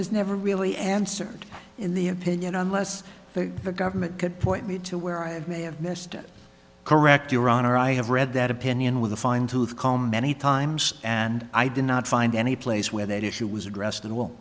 is never really answered in the opinion unless the government could point me to where i may have missed it correct your honor i have read that opinion with a fine tooth comb many times and i do not find any place where that issue was addressed and will